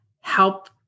help